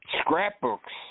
scrapbooks